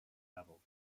level